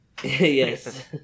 Yes